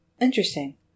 interesting